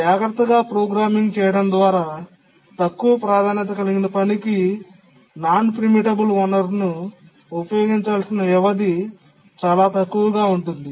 జాగ్రత్తగా ప్రోగ్రామింగ్ చేయడం ద్వారా తక్కువ ప్రాధాన్యత కలిగిన పనికి ప్రీమిటబుల్ కాని వనరును ఉపయోగించాల్సిన వ్యవధి చాలా తక్కువగా ఉంటుంది